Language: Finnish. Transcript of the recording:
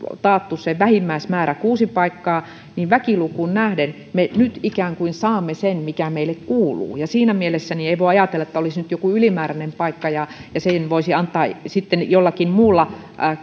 taattu se vähimmäismäärä kuusi paikkaa siinä mielessä väkilukuun nähden me nyt ikään kuin saamme sen mikä meille kuuluu ja siinä mielessä ei voi ajatella että olisi nyt joku ylimääräinen paikka ja ja sen voisi antaa jollakin muulla